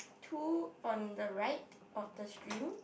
two on the right of the stream